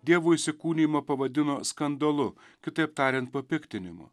dievo įsikūnijimą pavadino skandalu kitaip tariant papiktinimu